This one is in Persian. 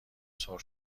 سرخ